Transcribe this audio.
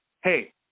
Hey